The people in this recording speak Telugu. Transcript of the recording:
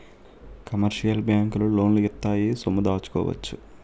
కమర్షియల్ బ్యాంకులు లోన్లు ఇత్తాయి సొమ్ము దాచుకోవచ్చు